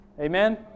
Amen